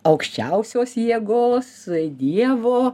aukščiausios jėgos dievo